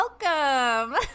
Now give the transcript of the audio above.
welcome